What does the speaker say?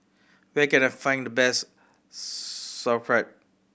where can I find the best Sauerkraut